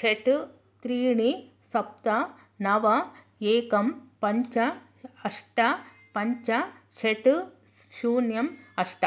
षट् त्रीणि सप्त नव एकं पञ्च अष्ट पञ्च षट् शून्यम् अष्ट